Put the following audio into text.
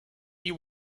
you